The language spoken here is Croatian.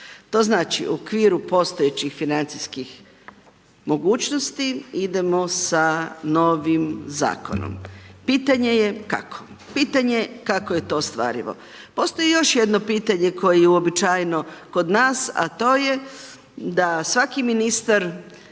To znači, u okviru postojećih financijskih mogućnosti idemo sa novim Zakonom. Pitanje je kako? Pitanje kako je to ostvarivo? Postoji još jedno pitanje koje je uobičajeno kod nas, a to je da svaki ministar